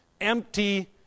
empty